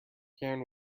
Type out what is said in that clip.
karen